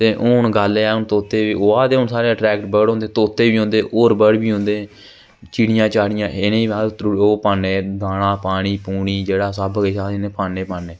ते हून गल्ल एह् ऐ तोते बी होआ दे हून साढ़े एटरैक्ट बर्ड हून तोते बी होंदे होर बर्ड बी होंदे चिड़ियां चाड़ियां इ'नेंगी अस ओह् पाने दाना पानी पुनी जेह्ड़ा सब अस इ'नेंगी पाने पाने